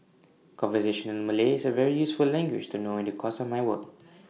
conversational Malay is A very useful language to know in the course of my work